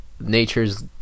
Nature's